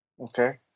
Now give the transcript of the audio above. Okay